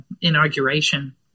inauguration